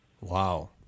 Wow